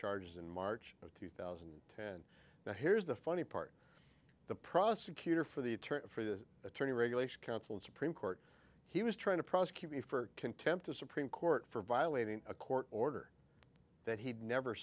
charges in march of two thousand and ten now here's the funny part the prosecutor for the attorney for the attorney regulation counsel in supreme court he was trying to prosecute me for contempt of supreme court for violating a court order that he'd never